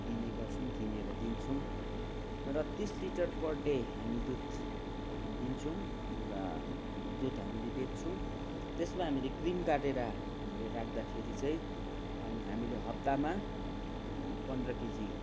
दिने गर्छौँ किनेर दिन्छौँ र तिस लिटर पर डे हामी दुध दिन्छौँ पुरा दुध हामीले बेच्छौँ त्यसमा हामीले क्रिम काटेर हामीले राख्दाखेरि चाहिँ अनि हामीले हफ्तामा अनि पन्ध्र केजी